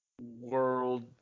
world